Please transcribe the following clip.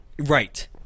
Right